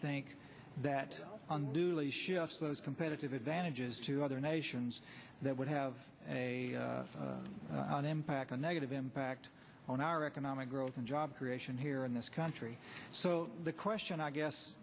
think that a newly shas those competitive advantages to other nations that would have an impact on negative impact on our economic growth and job creation here in this country so the question i guess